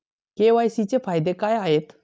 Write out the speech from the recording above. KYC चे फायदे काय आहेत?